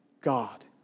God